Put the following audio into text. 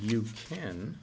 you can